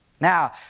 Now